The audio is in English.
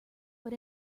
but